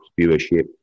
viewership